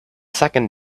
second